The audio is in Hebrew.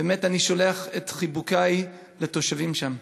באמת, אני שולח את חיבוקי לתושבים שם.